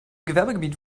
gewerbegebiet